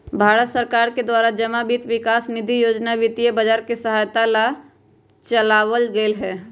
भारत सरकार के द्वारा जमा वित्त विकास निधि योजना वित्तीय बाजार के सहायता ला चलावल गयले हल